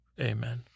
Amen